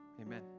Amen